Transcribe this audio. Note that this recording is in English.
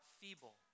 feeble